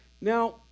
Now